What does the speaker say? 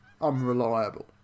unreliable